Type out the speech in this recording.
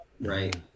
right